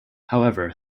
however